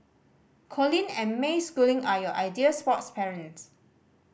Colin and May Schooling are your ideal sports parents